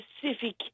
Pacific